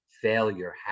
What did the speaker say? failure